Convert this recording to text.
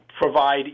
provide